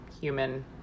human